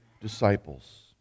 disciples